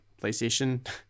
playstation